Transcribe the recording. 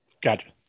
gotcha